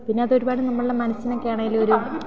പിന്നെ അതൊരുപാട് നമ്മളുടെ മനസ്സിനൊക്കെ ആണെങ്കിലും ഒരു